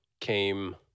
came